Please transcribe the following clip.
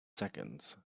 seconds